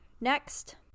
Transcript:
next